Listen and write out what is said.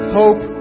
hope